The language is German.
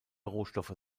rohstoffe